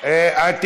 נתקבלה.